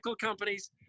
companies